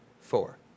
four